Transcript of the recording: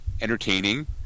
entertaining